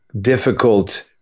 difficult